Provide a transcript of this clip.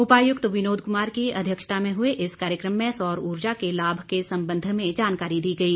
उपायुक्त विनोद कुमार की अध्यक्षता में हुए इस कार्यक्रम में सौर ऊर्जा के लाभ के संबंध में जानकारी दी गई